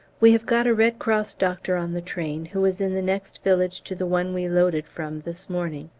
we have got a red cross doctor on the train who was in the next village to the one we loaded from this morning.